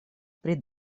pri